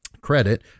credit